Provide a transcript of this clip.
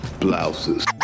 blouses